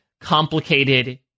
complicated